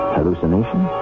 Hallucination